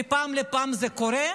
מפעם לפעם זה קורה,